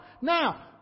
Now